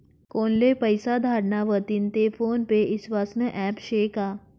कोनले पैसा धाडना व्हतीन ते फोन पे ईस्वासनं ॲप शे का?